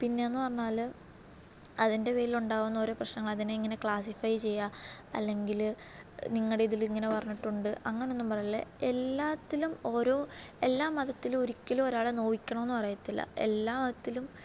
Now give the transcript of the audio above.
പിന്നെ എന്ന് പറഞ്ഞാൽ അതിൻ്റെ പേരിലുണ്ടാവുന്ന ഓരോ പ്രശ്നങ്ങൾ അതിനെ എങ്ങനെ ക്ലാസ്സിഫൈ ചെയ്യാം അല്ലെങ്കിൽ നിങ്ങളുടെ ഇതിൽ ഇങ്ങനെ പറഞ്ഞിട്ടുണ്ട് അങ്ങനെയൊന്നും പറയൽ എല്ലാത്തിലും ഓരോ എല്ലാ മതത്തിലും ഒരിക്കലും ഒരാളെ നോവിക്കണം എന്ന് പറയത്തില്ല എല്ലാ മതത്തിലും